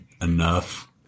enough